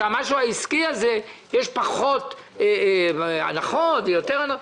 שבמשהו עסקי יש פחות הנחות או יותר הנחות.